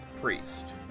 priest